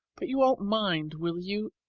but you won't mind, will you,